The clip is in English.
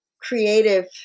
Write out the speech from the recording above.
creative